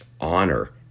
honor